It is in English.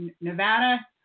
Nevada